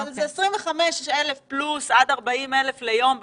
אבל זה 25,000 פלוס עד 40,000 ביום בממוצע.